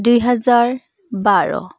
দুহেজাৰ বাৰ